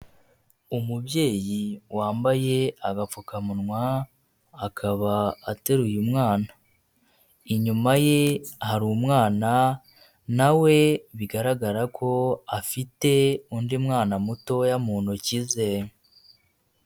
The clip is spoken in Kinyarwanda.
Umubyeyi wambaye agapfukamunwa akaba ateruye umwana, inyuma ye hari umwana nawe bigaragara ko afite undi mwana mutoya mu ntoki ze.